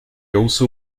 also